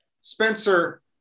Spencer